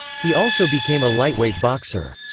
he also became a lightweight boxer.